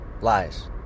lies